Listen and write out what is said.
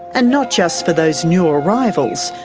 and not just for those new arrivals,